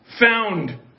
found